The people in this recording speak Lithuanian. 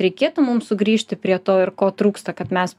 reikėtų mum sugrįžti prie to ir ko trūksta kad mes